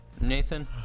Nathan